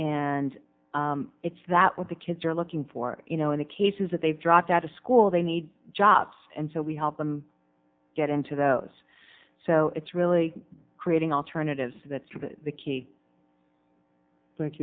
it's that what the kids are looking for you know in the cases that they've dropped out of school they need jobs and so we help them get into those so it's really creating alternatives that's the key